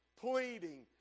pleading